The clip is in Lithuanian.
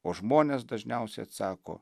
o žmonės dažniausiai atsako